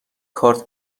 کارت